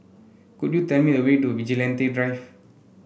could you tell me the way to Vigilante Drive